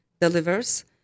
delivers